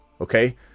okay